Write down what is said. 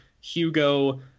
Hugo